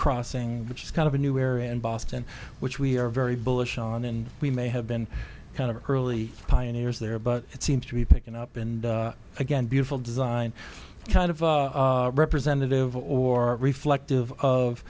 crossing which is kind of a new era in boston which we are very bullish on and we may have been kind of early pioneers there but it seems to be picking up and again beautiful design kind of representative or reflective of